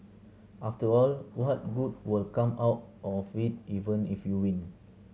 after all what good will come out of it even if you win